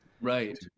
Right